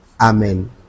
amen